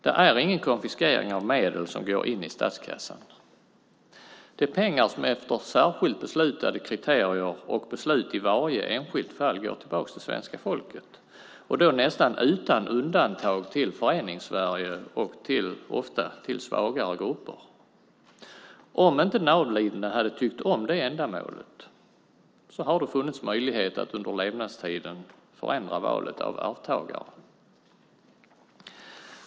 Det är ingen konfiskering av medel som går in i statskassan. Det är pengar som efter särskilt beslutade kriterier och beslut i varje enskilt fall går tillbaka till svenska folket, och då nästan utan undantag till Förenings-Sverige och ofta till svagare grupper. Om den avlidne inte hade tyckt om det ändamålet har det funnits möjlighet att under levnadstiden förändra valet av arvtagare.